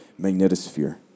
magnetosphere